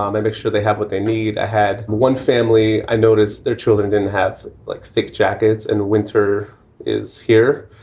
um they make sure they have what they need. i had one family. i notice their children didn't have like thick jackets and winter is here.